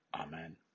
Amen